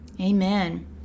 Amen